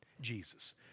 Jesus